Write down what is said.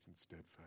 steadfast